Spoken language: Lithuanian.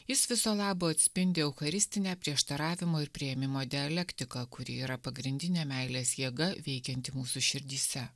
jis viso labo atspindi eucharistinę prieštaravimų ir priėmimo dialektiką kuri yra pagrindinė meilės jėga veikianti mūsų širdyse